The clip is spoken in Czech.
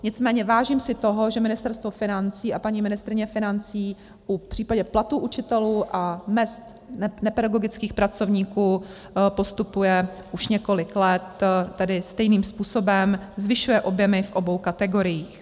Nicméně vážím si toho, že Ministerstvo financí a paní ministryně financí v případě platů učitelů a mezd nepedagogických pracovníků postupuje už několik let stejným způsobem, zvyšuje objemy v obou kategoriích.